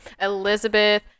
Elizabeth